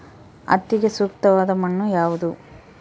ಹತ್ತಿಗೆ ಸೂಕ್ತವಾದ ಮಣ್ಣು ಯಾವುದು?